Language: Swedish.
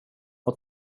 har